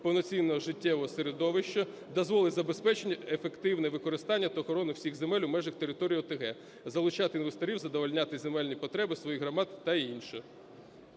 повноцінного життєвого середовища, дозволить забезпечити ефективне використання та охорону всіх земель у межах територій ОТГ, залучати інвесторів, задовольняти земельні потреби своїх громад та інше.